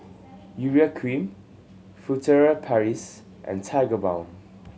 Urea Cream Furtere Paris and Tigerbalm